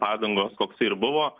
padangos koks ir buvo